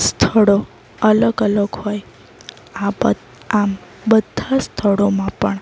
સ્થળો અલગ અલગ હોય આ આમ બધા સ્થળોમાં પણ